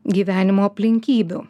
gyvenimo aplinkybių